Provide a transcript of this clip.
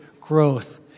growth